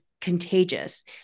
contagious